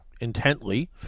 intently